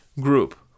group